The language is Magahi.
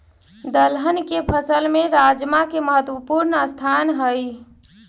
दलहन के फसल में राजमा के महत्वपूर्ण स्थान हइ